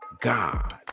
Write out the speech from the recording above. God